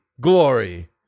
glory